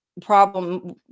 problem